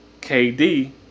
KD